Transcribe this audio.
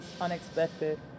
unexpected